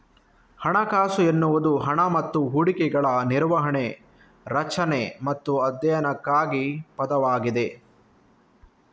ಹಣಕಾಸು ಎನ್ನುವುದು ಹಣ ಮತ್ತು ಹೂಡಿಕೆಗಳ ನಿರ್ವಹಣೆ, ರಚನೆ ಮತ್ತು ಅಧ್ಯಯನಕ್ಕಾಗಿ ಪದವಾಗಿದೆ